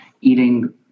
eating